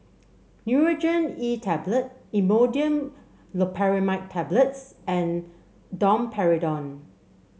Nurogen E Tablet Imodium Loperamide Tablets and Domperidone